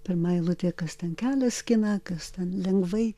pirma eilutė kas ten kelią skina kas ten lengvai